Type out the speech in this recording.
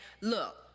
look